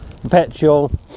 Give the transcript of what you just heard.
perpetual